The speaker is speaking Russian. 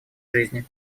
жизни